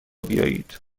بیایید